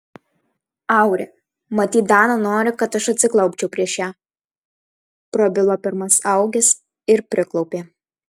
auri matyt dana nori kad aš atsiklaupčiau prieš ją prabilo pirmas augis ir priklaupė